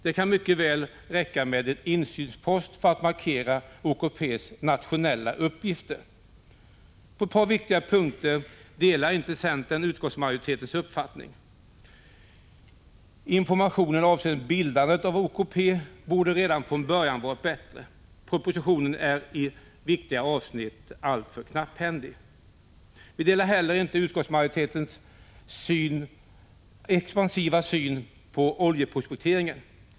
Det kan mycket väl räcka med en insynspost för att markera OKP:s nationella uppgifter. På ett par viktiga punkter delar inte centern utskottsmajoritetens uppfattning. Informationen avseende bildandet av OKP borde redan från början ha varit bättre. Propositionen är i viktiga avsnitt alltför knapphändig. Vi delar inte heller utskottsmajoritetens expansiva syn på oljeprospekteringen.